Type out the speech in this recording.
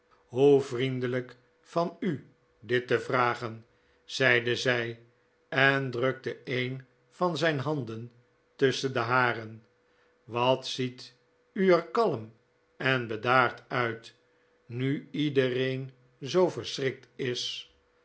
hoe vriendelijk van u dit te vragen zeide zij en drukte een van zijn handen tusschen de hare wat ziet u er kalm en bedaard uit nu iedereen zoo verschrikt is